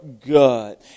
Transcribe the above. good